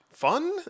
Fun